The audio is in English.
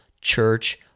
church